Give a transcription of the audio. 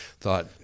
thought